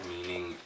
meaning